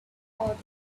others